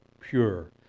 pure